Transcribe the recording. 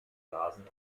blasen